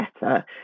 better